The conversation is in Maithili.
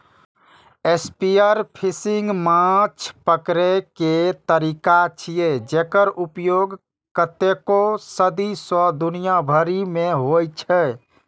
स्पीयरफिशिंग माछ पकड़ै के तरीका छियै, जेकर उपयोग कतेको सदी सं दुनिया भरि मे होइ छै